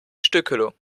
stückelung